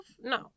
No